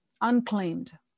unclaimed